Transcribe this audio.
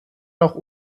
noch